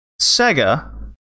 Sega